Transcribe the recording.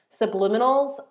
Subliminals